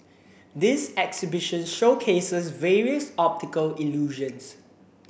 this exhibition showcases various optical illusions